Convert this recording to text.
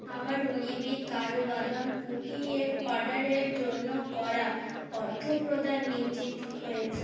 আমার উনিবিক কাজু বাদাম কুকি এর অর্ডারের জন্য করা অর্থপ্রদান নিশ্চিত হয়েছে